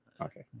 Okay